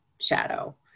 shadow